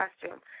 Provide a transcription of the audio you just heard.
costume